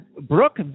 Brooke